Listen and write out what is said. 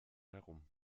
herum